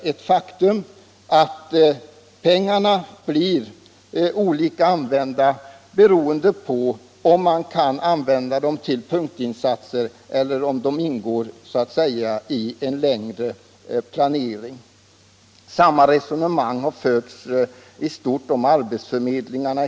Men faktum är att pengarna blir använda på olika sätt beroende på om de kan utnyttjas för punktinsatser eller om de ingår i en längre planering. I stort sett samma resonemang har använts om arbetsförmedlingarna.